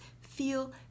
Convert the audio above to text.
feel